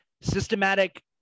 systematic